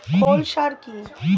খৈল সার কি?